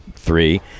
three